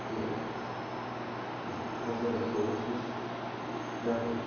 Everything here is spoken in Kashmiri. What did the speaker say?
تہٕ کھجر ہسا اوسُس ترٛےٚ فُٹ